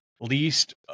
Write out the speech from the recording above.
least